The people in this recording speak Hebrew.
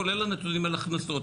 כולל הנתונים על הכנסות.